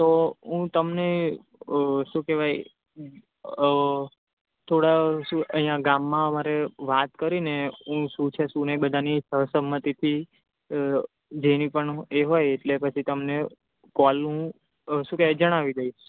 તો હું તમને અ શું કહેવાય અ થોડા અહિયા ગામમાં મારે વાત કરીને હું શું છે શું નહી બધાની સહસંમતિથી જેની પણ એ હોય એટલે પછી કોલ હું શું કહેવાય જણાવી દઇશ